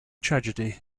tragedy